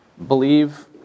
Believe